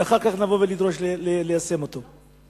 ואחר כך לבוא ולדרוש ליישם אותו.